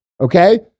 Okay